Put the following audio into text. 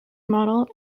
model